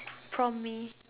prompt me